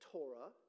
Torah